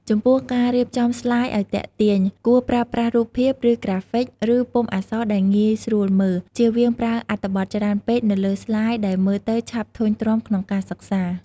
ចំពោះការរៀបចំស្លាយឱ្យទាក់ទាញ គួរប្រើប្រាស់រូបភាព ឫក្រាហ្វិក និងពុម្ពអក្សរដែលងាយស្រួលមើល ជៀសវៀងប្រើអត្ថបទច្រើនពេកនៅលើស្លាយដែលមើលទៅឆាប់ធុញទ្រាន់ក្នុងការសិក្សា។